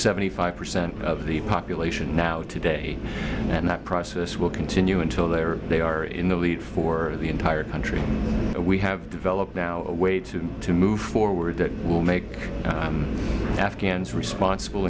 seventy five percent of the population now today and that process will continue until they are they are in the lead for the entire country we have developed now a way to to move forward that will make afghans responsible